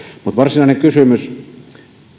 mutta varsinainen kysymys